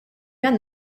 għan